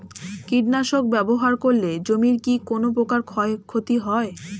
কীটনাশক ব্যাবহার করলে জমির কী কোন প্রকার ক্ষয় ক্ষতি হয়?